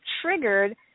triggered